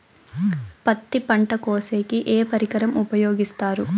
పత్తి పంట కోసేకి ఏ పరికరం ఉపయోగిస్తారు?